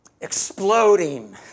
exploding